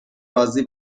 راضی